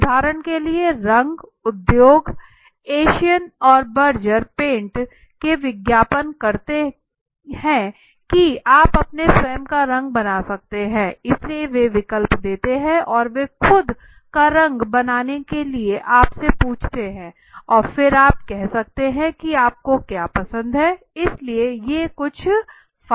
उदाहरण के लिए रंग उद्योग एशियन और बर्जर पेंट वे विज्ञापन करते हैं कि आप अपने स्वयं का रंग बना सकते हैं इसलिए वे विकल्प देते है और वे खुद का रंग बनाने के लिए आप से पूछते है और फिर आप कह सकते हैं कि आपको क्या पसंद है इसलिए ये कुछ फायदे हैं